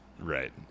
Right